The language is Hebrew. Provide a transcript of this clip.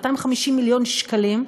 250 מיליון שקלים,